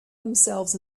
themselves